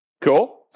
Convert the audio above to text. Cool